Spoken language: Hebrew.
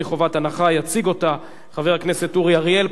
הרווחה והבריאות להכנה לקריאה שנייה ושלישית,